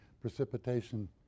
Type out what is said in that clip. precipitation